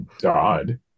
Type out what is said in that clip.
God